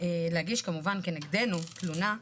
להגיש כמובן כנגדנו תלונה,